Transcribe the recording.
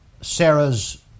Sarah's